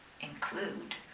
include